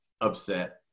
upset